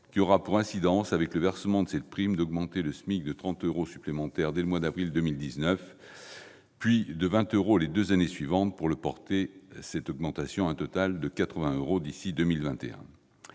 qui aura pour effet, avec le versement de cette prime, d'augmenter le SMIC de 30 euros supplémentaires dès le mois d'avril 2019, puis de 20 euros les deux années suivantes, soit une hausse totale de 80 euros d'ici à 2021.